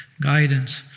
guidance